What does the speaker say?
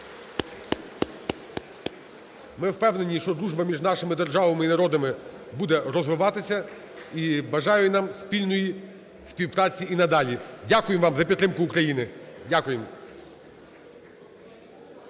Ми впевнені, що дружба між нашими державами і народами буде розвиватися. І бажаю нам спільної співпраці і надалі. Дякую вам за підтримку України. Дякуємо!